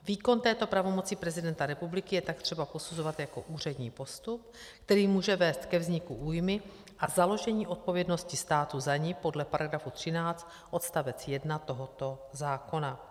Výkon této pravomoci prezidenta republiky je třeba posuzovat jako úřední postup, který může vést ke vzniku újmy a založení odpovědnosti státu za ni podle § 13 odstavec 1 tohoto zákona.